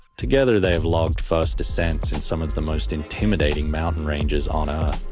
together they have logged first descents in some of the most intimidating mountain ranges on earth.